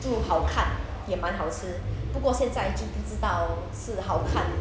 就好看也蛮好吃不过现在就不知道是好看